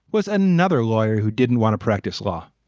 was another lawyer who didn't want to practice law.